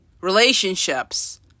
relationships